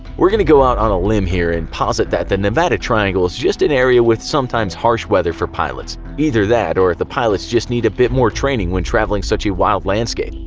we're gonna go out on a limb here and posit that the nevada triangle is just an area with sometimes harsh weather for pilots. either that, or some pilots just needed a bit more training when traversing such a wild landscape.